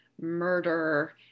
murder